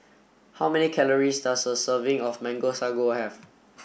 how many calories does a serving of mango sago have